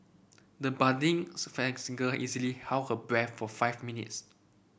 the budding singer easily held her breath for five minutes